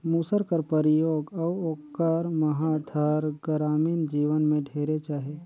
मूसर कर परियोग अउ ओकर महत हर गरामीन जीवन में ढेरेच अहे